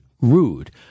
rude